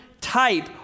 type